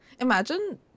imagine